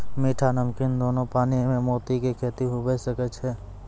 मीठा, नमकीन दोनो पानी में मोती के खेती हुवे सकै छै